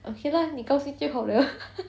okay lah 你高兴就好 liao